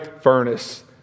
furnace